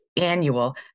annual